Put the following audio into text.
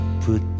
put